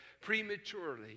prematurely